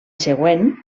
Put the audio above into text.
següent